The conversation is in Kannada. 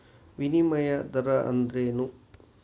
ವಿನಿಮಯ ದರ ಅಂದ್ರೇನು?